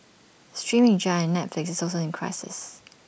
streaming giant Netflix is also in crisis